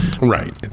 Right